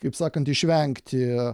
kaip sakant išvengti